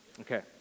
Okay